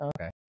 okay